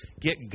get